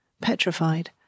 petrified